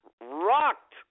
Rocked